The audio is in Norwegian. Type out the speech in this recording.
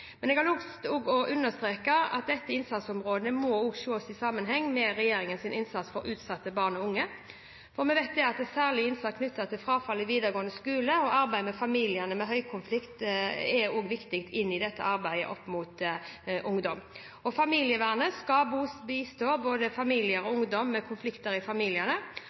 Jeg har lyst til å understreke at dette innsatsområdet også må ses i sammenheng med regjeringens innsats for utsatte barn og unge. Vi vet at særlig innsats knyttet til frafall i videregående skole og arbeidet med familier med høyt konfliktnivå også er viktig i arbeidet opp mot ungdom. Familievernet skal bistå både familier og ungdom ved konflikter i familiene.